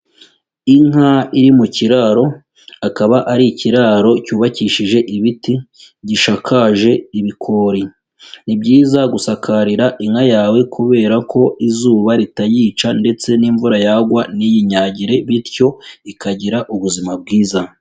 Inka iri mu kiraro akaba ari ikiraro cyubakishije ibiti, gishakaje ibikori. Ni byiza gusakarira inka yawe kubera ko izuba ritayica ndetse n'imvura yagwa ntiyinyagire bityo ikagira ubuzima bwiza.